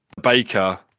Baker